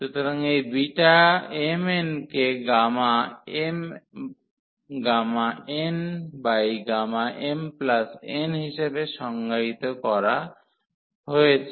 সুতরাং এই beta m n কে gamma m gamma n by gamma m n হিসাবে সংজ্ঞায়িত করা হয়েছে